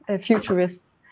futurists